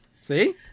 See